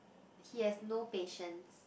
he has no patience